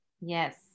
Yes